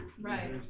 Right